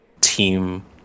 team